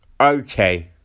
Okay